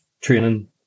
training